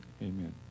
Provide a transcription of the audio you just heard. Amen